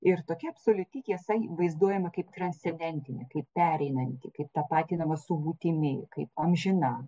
ir tokia absoliuti tiesa vaizduojama kaip transcendentinė kaip pereinanti kaip tapatinama su būtimi kaip amžina